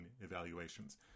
evaluations